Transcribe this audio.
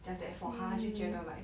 just that for 他他就觉得 like